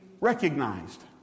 Recognized